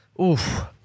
Oof